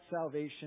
salvation